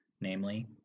namely